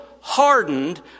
hardened